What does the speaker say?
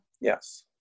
Yes